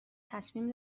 تصمیم